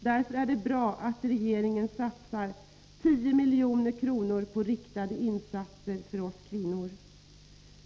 Därför är det bra att regeringen satsar 10 milj.kr. på riktade insatser för oss kvinnor.